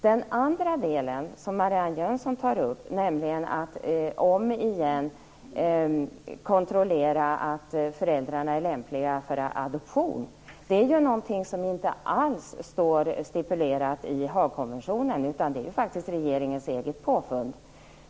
Den andra fråga som Marianne Jönsson tar upp, nämligen en upprepad kontroll av att föräldrarna är lämpliga för adoption, gäller något som inte alls är stipulerat i Haagkonventionen, utan det är faktiskt regeringens eget påfund.